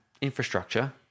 infrastructure